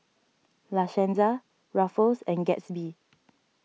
La Senza Ruffles and Gatsby